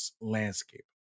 landscape